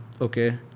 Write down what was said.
Okay